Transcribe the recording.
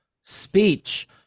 speech